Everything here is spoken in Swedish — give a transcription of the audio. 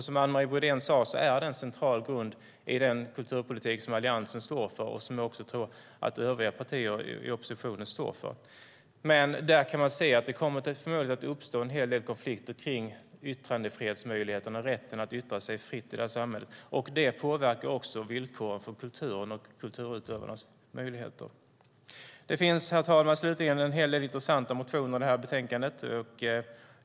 Som Anne Marie Brodén sade är det en central grund i den kulturpolitik som Alliansen står för, och jag tror att övriga partier i oppositionen också står för det. Men man kan se att det förmodligen kommer att uppstå en hel del konflikter om yttrandefrihetsmöjligheterna och rätten att yttra sig fritt i samhället. Det påverkar också villkoren för kulturen och kulturutövarnas möjligheter. Herr talman! En hel del intressanta motioner behandlas i betänkandet.